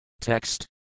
Text